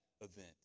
event